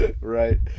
right